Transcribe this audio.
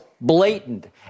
blatant